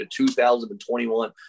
2021